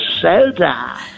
soda